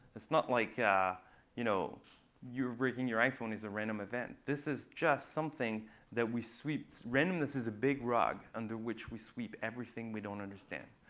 it's not like you know you breaking your iphone is a random event. this is just something that we sweep randomness is a big rug under which we sweep everything we don't understand.